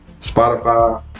spotify